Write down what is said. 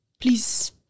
Please